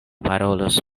parolos